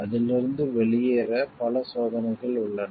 அதிலிருந்து வெளியேற பல சோதனைகள் உள்ளன